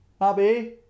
Abby